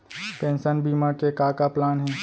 Pension बीमा के का का प्लान हे?